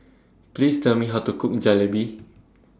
Please Tell Me How to Cook Jalebi